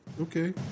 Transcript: okay